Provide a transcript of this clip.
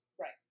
Right